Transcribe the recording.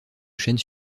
chaînes